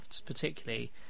particularly